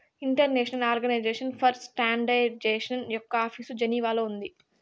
international organisation for standardisation యొక్క office జెనీవాలో ఉంది